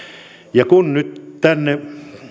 ja kun nyt tänne